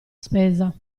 spesa